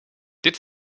dit